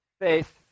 faith